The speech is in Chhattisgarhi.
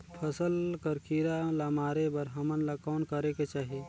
फसल कर कीरा ला मारे बर हमन ला कौन करेके चाही?